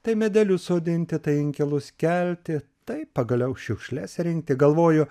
tai medelius sodinti tai inkilus kelti taip pagaliau šiukšles rinkti galvoju